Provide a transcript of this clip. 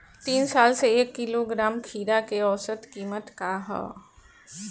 तीन साल से एक किलोग्राम खीरा के औसत किमत का ह?